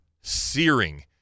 searing